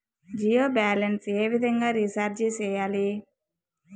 Jio balance ఏ విధంగా recharge సేయాలి?